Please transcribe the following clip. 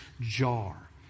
jar